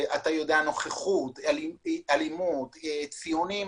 אתה יודע נוכחות, אלימות, ציונים.